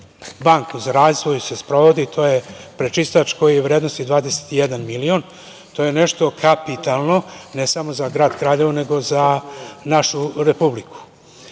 banku za razvoj se sprovodi, to je prečistač koji je vrednosti 21 milion. To je nešto kapitalno, ne samo za grad Kraljevo nego za našu Republiku. Krajem